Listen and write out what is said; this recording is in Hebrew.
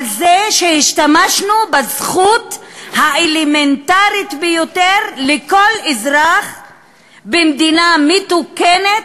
על זה שהשתמשנו בזכות האלמנטרית ביותר לכל אזרח במדינה מתוקנת,